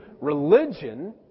religion